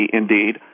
indeed